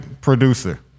Producer